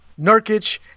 Nurkic